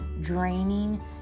draining